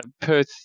Perth